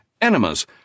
enemas